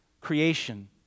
creation